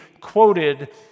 quoted